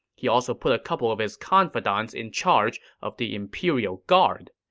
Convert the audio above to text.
he also put a couple of his confidants in charge of the imperial guard.